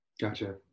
Gotcha